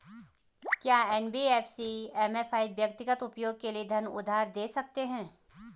क्या NBFC MFI व्यक्तिगत उपयोग के लिए धन उधार दें सकते हैं?